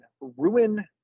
Ruin